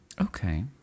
Okay